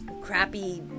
Crappy